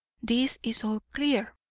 this is all clear,